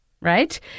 right